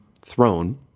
throne